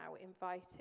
invited